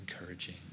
encouraging